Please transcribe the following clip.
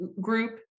group